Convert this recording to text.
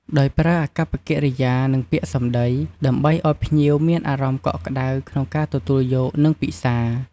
ដោយប្រើអាកប្បកិរិយា និងពាក្យសម្ដី ដើម្បីឲ្យភ្ញៀវមានអារម្មណ៍កក់ក្តៅក្នុងការទទួលយក និងពិសារ។